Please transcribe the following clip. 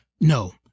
No